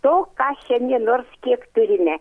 to ką šiandien nors kiek turime